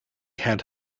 had